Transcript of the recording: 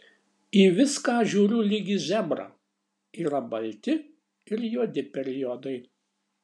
į viską žiūriu lyg į zebrą yra balti ir juodi periodai